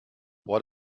what